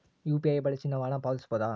UPI ಬಳಸಿ ನಾವು ಹಣ ಪಾವತಿಸಬಹುದಾ?